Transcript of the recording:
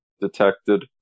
detected